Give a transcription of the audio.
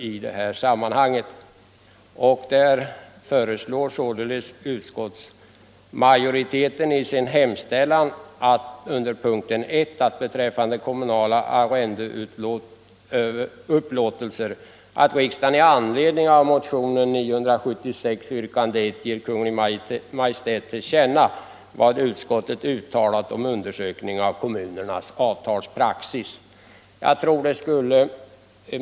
Utskottsmajoriteten föreslår således under punkten 1 i sin hemställan beträffande kommunala arrendeupplåtelser att riksdagen i anledning av motionen 976, yrkande 1, skall ge Kungl. Maj:t till känna vad utskottet uttalat om undersökning av kommunernas avtalspraxis.